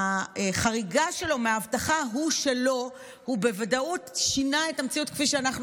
בחריגה שלו מהבטחתו שלו הוא בוודאות שינה את המציאות כפי שאנחנו